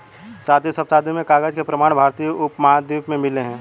सातवीं शताब्दी में कागज के प्रमाण भारतीय उपमहाद्वीप में मिले हैं